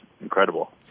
incredible